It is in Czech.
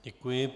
Děkuji.